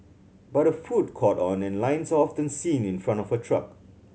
but her food caught on and lines are often seen in front of her truck